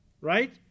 right